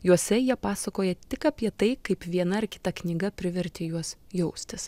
juose jie pasakoja tik apie tai kaip viena ar kita knyga privertė juos jaustis